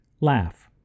laugh